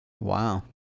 Wow